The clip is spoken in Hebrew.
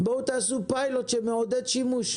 תעשו פיילוט שמעודד שימוש.